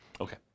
Okay